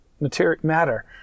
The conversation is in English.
matter